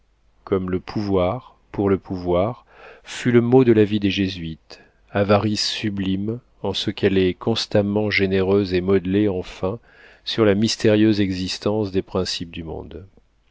comme le pouvoir pour le pouvoir fut le mot de la vie des jésuites avarice sublime en ce qu'elle est constamment généreuse et modelée enfin sur la mystérieuse existence des principes du monde